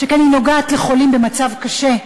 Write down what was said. שכן היא נוגעת לחולים במצב קשה,